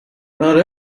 not